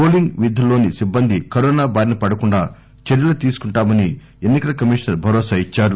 polling విధుల్లోని సిబ్బంది corona బారిన పడకుండా చర్యలు తీసుకుంటామని ఎన్ని కల కమిషనర్ భరోసా ఇద్చారు